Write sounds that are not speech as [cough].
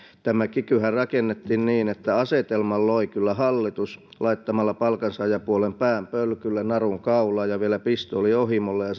tämä kikyhän rakennettiin niin että asetelman loi kyllä hallitus laittamalla palkansaajapuolen pään pölkylle narun kaulaan ja vielä pistoolin ohimolle ja [unintelligible]